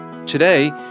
Today